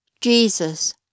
Jesus